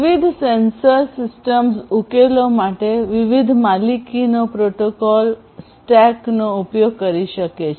વિવિધ sensor systems ઉકેલો માટે વિવિધ માલિકીનો પ્રોટોકોલ સ્ટેકનો ઉપયોગ કરી શકે છે